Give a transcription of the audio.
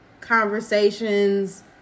conversations